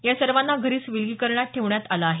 या सर्वांना घरीच विलगीकरणात ठेवण्यात आलं आहे